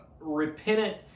repentant